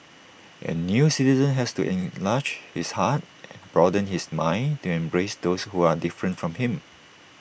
A new citizen has to enlarge his heart and broaden his mind to embrace those who are different from him